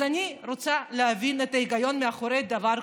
אז אני רוצה להבין את ההיגיון מאחורי דבר כזה.